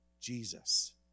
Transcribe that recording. Jesus